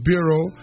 Bureau